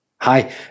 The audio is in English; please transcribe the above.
Hi